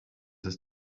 ist